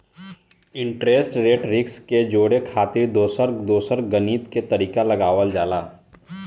interest rate risk के जोड़े खातिर दोसर दोसर गणित के तरीका लगावल जाला